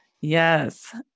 Yes